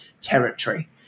territory